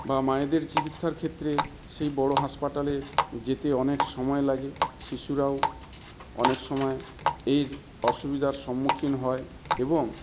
বা মায়েদের চিকিৎসার ক্ষেত্রে সেই বড়ো হাসপাতালের যেতে অনেক সময় লাগে শিশুরাও অনেক সময় এর অসুবিধার সম্মুখীন হয় এবং